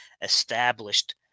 established